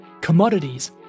commodities